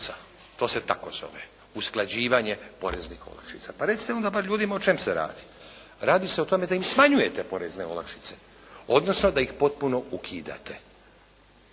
To se tako zove, usklađivanje poreznih olakšica. Pa recite bar onda ljudima o čemu se radi? Radi se o tome da im smanjujete porezne olakšice, odnosno da ih potpuno ukidate